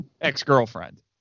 ex-girlfriend